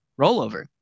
rollover